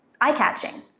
eye-catching